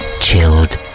chilled